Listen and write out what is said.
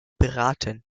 beraten